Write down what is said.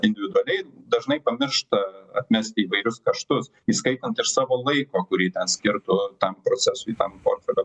individualiai dažnai pamiršta atmesti įvairius kaštus įskaitant ir savo laiko kurį ten skirtų tam procesui tam portfelio